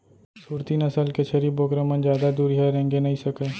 सूरती नसल के छेरी बोकरा मन जादा दुरिहा रेंगे नइ सकय